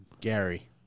Gary